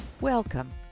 Welcome